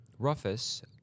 Ruffus